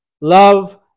love